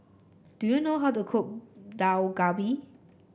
do you know how to cook Dak Galbi